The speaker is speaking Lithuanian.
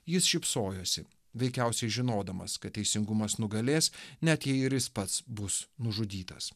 jis šypsojosi veikiausiai žinodamas kad teisingumas nugalės net jei ir jis pats bus nužudytas